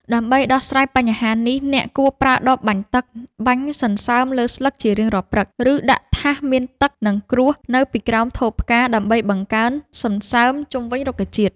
ដើម្បីដោះស្រាយបញ្ហានេះ អ្នកគួរប្រើដបបាញ់ទឹក បាញ់សន្សើមលើស្លឹកជារៀងរាល់ព្រឹក ឬដាក់ថាសមានទឹក និងក្រួសនៅពីក្រោមថូផ្កា ដើម្បីបង្កើនសំណើមជុំវិញរុក្ខជាតិ។